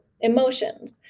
emotions